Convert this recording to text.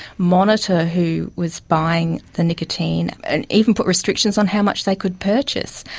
monitor who was buying the nicotine, and even put restrictions on how much they could purchase.